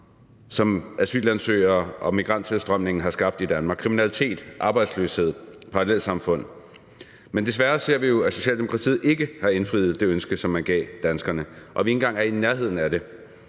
som asylansøgere og migranttilstrømningen har skabt i Danmark: kriminalitet, arbejdsløshed, parallelsamfund. Men desværre ser vi jo, at Socialdemokratiet ikke har indfriet det løfte, som man gav danskerne. Vi er ikke engang i nærheden af det.